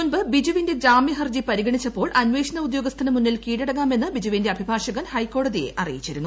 മുൻപ് ബിജുവിന്റെ ജാമ്യ ഹർജി പരിഗണിച്ചപ്പോൾ അന്വേഷണ ഉദ്യോഗസ്ഥന് മുന്നിൽ കീഴടങ്ങാമെന്ന് ബിജുവിന്റെ അഭിഭാഷകൻ ഹൈക്കോടതിയെ അറിയിച്ചിരുന്നു